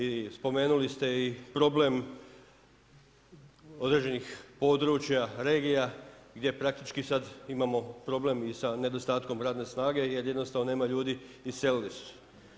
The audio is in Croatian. I spomenuli ste i problem određenih područja, regija gdje praktički sada imamo problem i sa nedostatkom radne snage jer jednostavno nema ljudi, iselili su se.